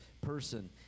person